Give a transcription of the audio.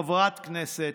חברת כנסת,